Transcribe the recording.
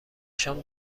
شام